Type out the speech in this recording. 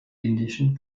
indischen